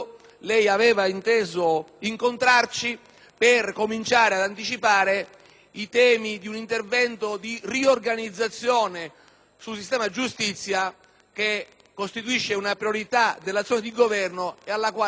i temi di un intervento di riorganizzazione del sistema giustizia che costituisce una priorità dell'azione di Governo alla quale lei è chiamato con una responsabilità elevatissima.